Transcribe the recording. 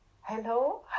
Hello